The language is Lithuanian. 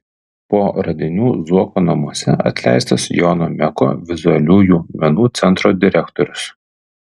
po radinių zuoko namuose atleistas jono meko vizualiųjų menų centro direktorius